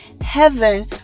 heaven